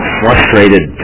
frustrated